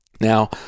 Now